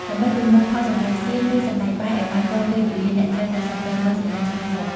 ដើម្បីប្រមូលផលសណ្ដែកសៀង ឬសណ្ដែកបាយឲ្យបានទាន់ពេលវេលា អ្នកត្រូវតែសង្កេតមើលសញ្ញាច្បាស់លាស់។